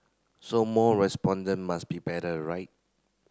so more respondent must be better right